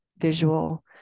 visual